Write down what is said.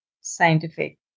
scientific